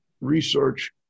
research